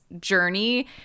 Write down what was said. journey